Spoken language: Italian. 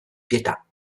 pietà